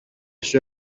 σου